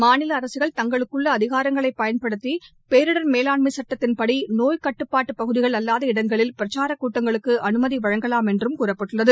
மாநில அரசுகள் தங்களுக்குள்ள அதிகாரங்களை பயன்படுத்தி பேரிடர் மேலாண்மை சுட்டத்தின்படி நோய்க் கட்டுப்பாட்டு பகுதிகள் அல்லாத இடங்களில் பிரச்சாரக் கூட்டங்களுக்கு அனுமதி அளிக்கலாம் என்று கூறப்பட்டுள்ளது